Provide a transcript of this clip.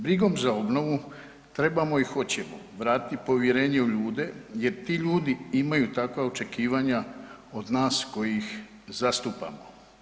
Brigom za obnovu, trebamo i hoćemo vratiti povjerenje u ljude jer ti ljudi imaju takva očekivanja od nas koji ih zastupamo.